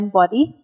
body